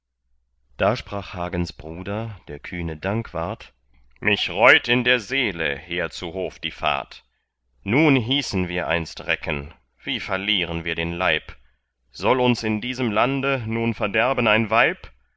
da sprach hagens bruder der kühne dankwart mich reut in der seele her zu hof die fahrt nun hießen wir einst recken wie verlieren wir den leib soll uns in diesem lande nun verderben ein weib